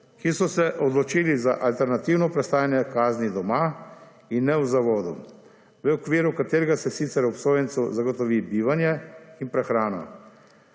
ki so se odločili za alternativno prestajanje kazni doma in ne v zavodu, v okviru katerega se sicer obsojencu zagotovi bivanje in prehrana.